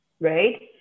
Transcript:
Right